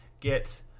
get